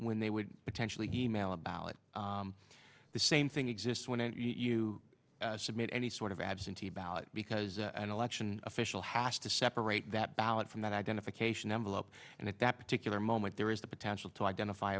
when they would potentially email about the same thing exists when you submit any sort of absentee ballot because an election official has to separate that ballot from that identification number up and at that particular moment there is the potential to identify